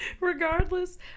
Regardless